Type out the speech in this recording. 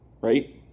right